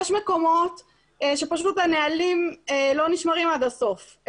יש מקומות שהנהלים לא נשמרים עד הסוף.